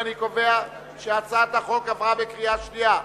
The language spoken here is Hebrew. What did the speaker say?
אני קובע שהצעת החוק עברה בקריאה שנייה.